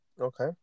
Okay